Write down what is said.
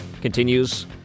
continues